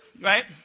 Right